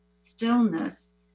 stillness